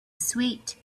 sweet